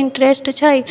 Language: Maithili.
इन्टरेस्ट छै